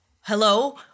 hello